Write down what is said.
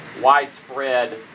widespread